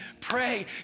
Pray